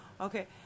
Okay